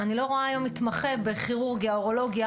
אני לא רואה היום מתמחה בכירורגיה או אורולוגיה